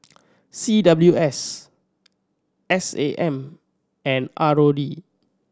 C W S S A M and R O D